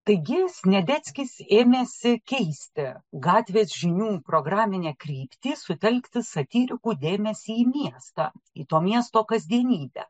taigi sniadeckis ėmėsi keisti gatvės žinių programinę kryptį sutelkti satyrikų dėmesį miesto į to miesto kasdienybę